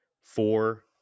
Four